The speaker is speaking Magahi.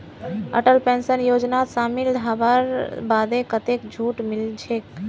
अटल पेंशन योजनात शामिल हबार बादे कतेक छूट मिलछेक